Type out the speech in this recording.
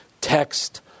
text